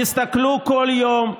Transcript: תסתכלו כל יום בראי,